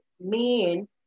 men